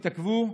תתעכבו,